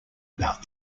about